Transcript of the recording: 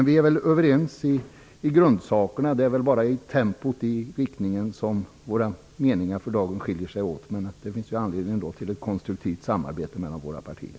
Vi är nog överens i grunden. Det är väl bara när det gäller tempot som vi i dag har olika meningar. Det finns anledning till ett konstruktivt samarbete mellan våra partier.